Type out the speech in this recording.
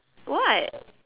what